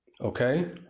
Okay